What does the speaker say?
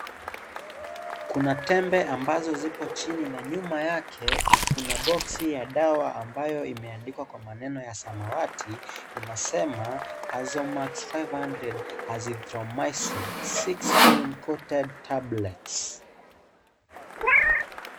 Kuna tembe ambazo zipo chini na nyuma yake kuna boxi ya dawa ambayo imeandikwa kwa maneno ya samawati inasema Azomax five hundred azithromycin six film coated tablets .